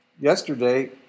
Yesterday